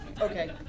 Okay